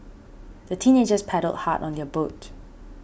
the teenagers paddled hard on their boat